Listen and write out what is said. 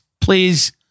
please